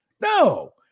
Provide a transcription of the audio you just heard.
No